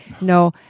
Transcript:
No